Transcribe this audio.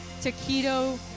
Taquito